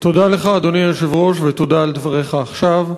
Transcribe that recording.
תודה לך, אדוני היושב-ראש, ותודה על דבריך עכשיו.